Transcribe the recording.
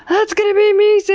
that's gonna be me soon!